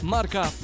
Marca